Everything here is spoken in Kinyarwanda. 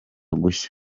gushya